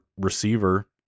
receiver